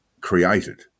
created